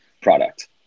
product